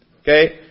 Okay